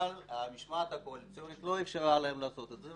אבל המשמעת הקואליציונית לא איפשרה להם לעשות את זה.